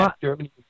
Germany